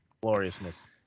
Gloriousness